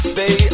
Stay